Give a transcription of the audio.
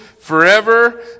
forever